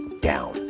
down